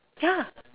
ya